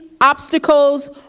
obstacles